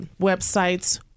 websites